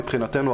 מבחינתנו,